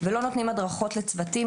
ולא נותנים הדרכות לצוותים,